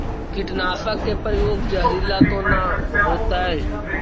कीटनाशक के प्रयोग, जहरीला तो न होतैय?